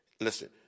Listen